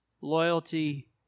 loyalty